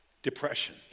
Depression